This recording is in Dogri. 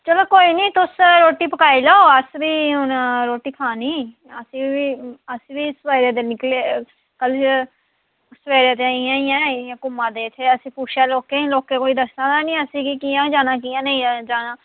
चलो कोई नेईं तुस रोटी पकाई लैओ अस बी हून रोटी खानी अस बी अस बी सवेरे दे निकले दे कल सवेरे दे इ'यां ही इयां इ'यां घूमा दे इत्थें असी पुच्छेआ लोकें गी लोकें कोई दस्सा दा नेईं असेंगी कि'यां जाना कि'यां नेईं जाना